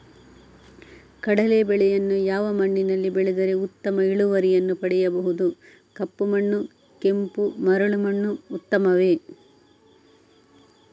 ಕಡಲೇ ಬೆಳೆಯನ್ನು ಯಾವ ಮಣ್ಣಿನಲ್ಲಿ ಬೆಳೆದರೆ ಉತ್ತಮ ಇಳುವರಿಯನ್ನು ಪಡೆಯಬಹುದು? ಕಪ್ಪು ಮಣ್ಣು ಕೆಂಪು ಮರಳು ಮಣ್ಣು ಉತ್ತಮವೇ?